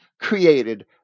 created